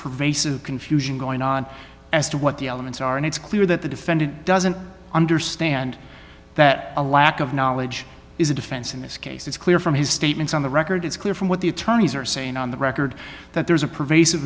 pervasive confusion going on as to what the elements are and it's clear that the defendant doesn't understand that a lack of knowledge is a defense in this case it's clear from his statements on the record it's clear from what the attorneys are saying on the record that there's a pervasive